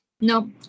No